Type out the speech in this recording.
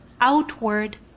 outward